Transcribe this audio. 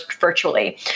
virtually